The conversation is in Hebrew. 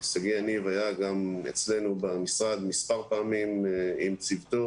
שגיא יניב היה גם אצלנו במשרד מספר פעמים עם צוותו,